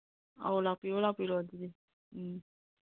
ꯑꯧ ꯂꯥꯛꯄꯤꯔꯣ ꯂꯥꯛꯄꯤꯔꯣ ꯑꯗꯨꯗꯤ ꯎꯝ